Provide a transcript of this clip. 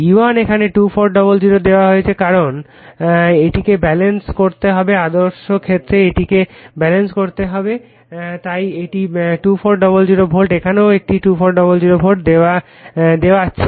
E1 এখানে 2400 দেওয়া হয়েছে কারণ এটিকে ব্যালেন্স করতে হবে আদর্শ ক্ষেত্রে এটিকে ব্যালেন্স করতে হবে তাই এটি 2400 ভোল্ট এখানেও এটি 2400 ভোল্ট দেখাচ্ছে